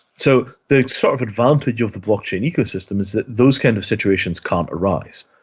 so the sort of advantage of the blockchain ecosystem is that those kind of situations can't arise.